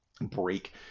break